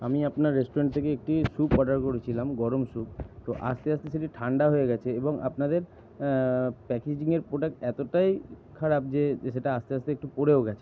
আমি আপনার রেস্টুরেন্ট থেকে একটি স্যুপ অর্ডার করেছিলাম গরম স্যুপ তো আসতে আসতে সেটি ঠান্ডা হয়ে গেছে এবং আপনাদের প্যাকেজিংয়ের প্রোডাক্ট এতটাই খারাপ যে সেটা আসতে আসতে একটু পড়েও গেছে